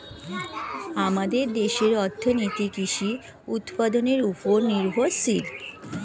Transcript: আমাদের দেশের অর্থনীতি কৃষি উৎপাদনের উপর নির্ভরশীল